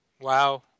Wow